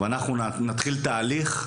ואנחנו נתחיל תהליך,